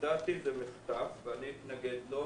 לדעתי זה מחטף, ואני אתנגד לו.